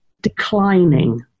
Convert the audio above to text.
declining